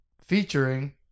featuring